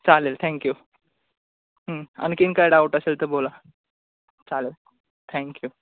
चालेल थँक्यू आणखी काय डाऊट असेल तर बोला चालेल थँक्यू